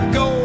go